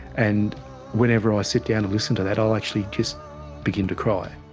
and whenever i sit down and listen to that i'll actually just begin to cry.